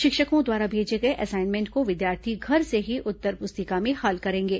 शिक्षकों द्वारा भेजे गए असाइनमेंट को विद्यार्थी घर से ही उत्तर पुस्तिका में हल करेंगे